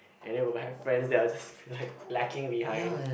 and then we'll have friends that are just like lagging behind